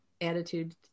attitude